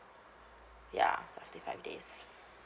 ya roughly five days